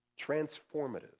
Transformative